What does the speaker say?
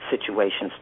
situations